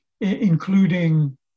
including